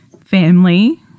family